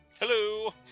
Hello